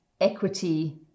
equity